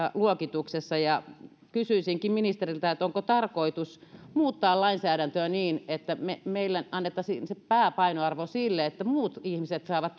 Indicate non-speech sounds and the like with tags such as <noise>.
luokituksessa kysyisinkin ministeriltä onko tarkoitus muuttaa lainsäädäntöä niin että meillä annettaisiin pääpainoarvo sille että muut ihmiset saavat <unintelligible>